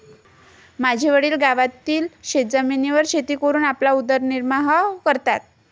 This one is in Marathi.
माझे वडील गावातील शेतजमिनीवर शेती करून आपला उदरनिर्वाह करतात